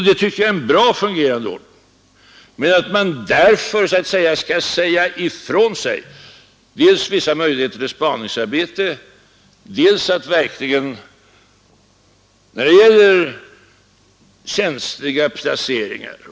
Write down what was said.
Det tycker jag är en bra fungerande ordning, men jag begriper inte att man därför skall behöva säga ifrån sig dels vissa möjligheter till spaningsarbete, dels möjligheten till kontroll när det gäller känsliga placeringar.